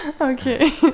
Okay